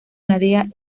narea